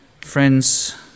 friends